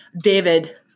David